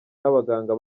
n’abaganga